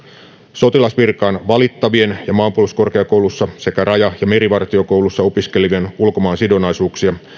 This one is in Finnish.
sotilasvirkaan valittavien ja maanpuolustuskorkeakoulussa sekä raja ja merivartiokoulussa opiskelevien ulkomaansidonnaisuuksia